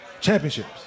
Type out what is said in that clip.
Championships